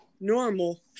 normal